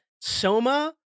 Soma